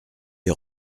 est